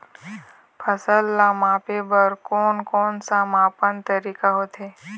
फसल ला मापे बार कोन कौन सा मापन तरीका होथे?